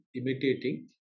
imitating